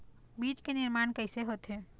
बीज के निर्माण कैसे होथे?